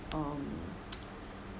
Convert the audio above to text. um